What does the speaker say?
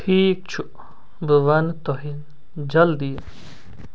ٹھیٖک چھُ بہٕ ونہٕ تۄہہِ جلدی